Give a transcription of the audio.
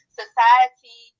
society